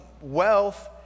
wealth